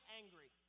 angry